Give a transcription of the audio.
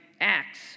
Acts